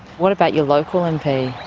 what about your local mp?